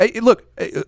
look